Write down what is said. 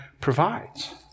provides